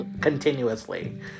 continuously